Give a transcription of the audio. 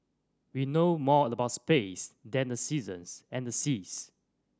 we know more about space than the seasons and the seas